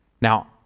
Now